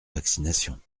vaccination